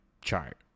chart